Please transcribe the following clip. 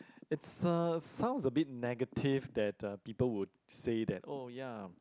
it's a sounds a bit negative that the people would say that oh ya